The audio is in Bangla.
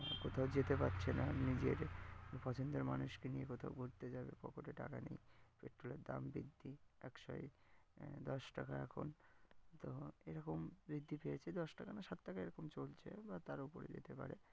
বা কোথাও যেতে পারছে না নিজের পছন্দের মানুষকে নিয়ে কোথাও ঘুরতে যাবে পকেটে টাকা নেই পেট্রোলের দাম বৃদ্ধি একশো দশ টাকা এখন তো এরকম বৃদ্ধি পেয়েছে দশ টাকা না সাত টাকা এরকম চলছে বা তার উপরে যেতে পারে